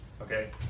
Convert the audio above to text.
okay